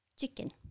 chicken